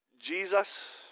Jesus